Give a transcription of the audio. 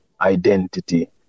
identity